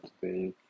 today